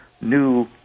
new